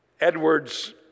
Edwards